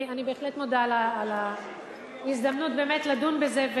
אני בהחלט מודה על ההזדמנות באמת לדון בזה,